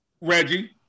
Reggie